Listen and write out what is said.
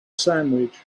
sandwich